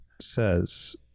says